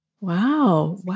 wow